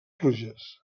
pluges